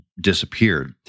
disappeared